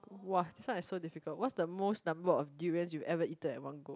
!wah! this one is so difficult what's the most number of durians you ever eaten at one go